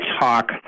talk